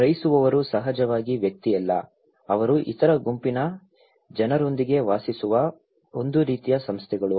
ಗ್ರಹಿಸುವವರು ಸಹಜವಾಗಿ ವ್ಯಕ್ತಿಯಲ್ಲ ಅವರು ಇತರ ಗುಂಪಿನ ಜನರೊಂದಿಗೆ ವಾಸಿಸುವ ಒಂದು ರೀತಿಯ ಸಂಸ್ಥೆಗಳು